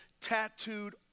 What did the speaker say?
tattooed